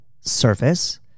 surface